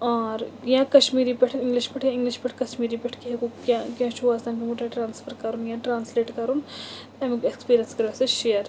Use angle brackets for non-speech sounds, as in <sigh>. R یا کشمیٖری پٮ۪ٹھ English پٮ۪ٹھ اِنٛگلِش پٹٮ۪ھ کشمیٖری پٮ۪ٹھ کیٚنٛہہ <unintelligible> چھُ آز تام پیوٚمُت تۄہہِ ٹرٛانَسفَر کَرُن یا ٹرٛانسلیٹ کَرُن اَمیُک اٮ۪کٕسپیٖرینٕس کٔرِو اَسہِ سۭتۍ شِیَر